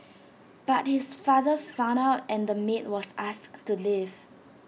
but his father found out and the maid was asked to leave